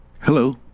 Hello